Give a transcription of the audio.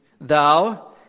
thou